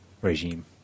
regime